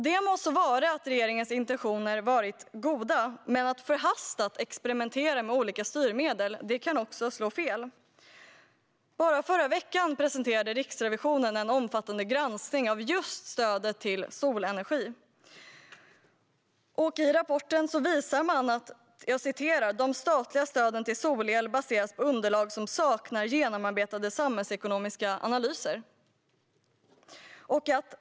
Det må så vara att regeringens intentioner varit goda, men att förhastat experimentera med olika styrmedel kan också slå fel. Så sent som i förra veckan presenterade Riksrevisionen en omfattande granskning av just stödet till solenergi. I rapporten visas följande: "De statliga stöden till solel baseras på underlag som saknar genomarbetade samhällsekonomiska analyser.